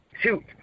Shoot